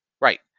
Right